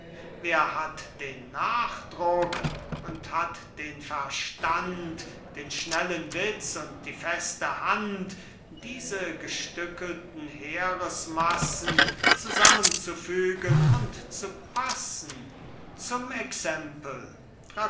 wer hat den nachdruck und hat den verstand den schnellen witz und die feste hand diese gestückelten heeresmassen zusammenzufügen und zupassen zum exempel